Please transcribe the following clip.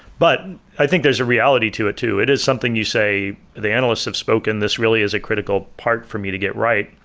but i think there's a reality to it too. it is something you say the analysts have spoken this really is a critical part for me to get right.